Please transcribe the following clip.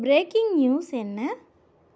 braking news என்ன